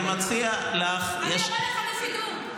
אני מציע לך --- אני אראה לך בשידור.